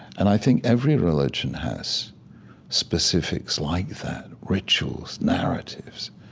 and i think every religion has specifics like that, rituals, narratives.